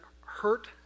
hurt